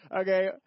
okay